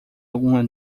alguma